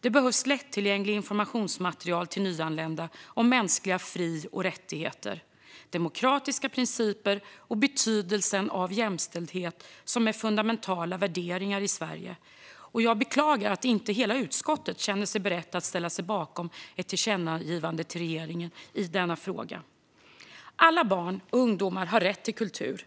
Det behövs lättillgängligt informationsmaterial till nyanlända om mänskliga fri och rättigheter, om demokratiska principer och om betydelsen av jämställdhet, som är fundamentala värderingar i Sverige. Jag beklagar att inte hela utskottet känner sig berett att ställa sig bakom ett tillkännagivande till regeringen i denna fråga. Alla barn och ungdomar har rätt till kultur.